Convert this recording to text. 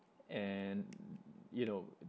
and you know